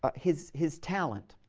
ah his his talent?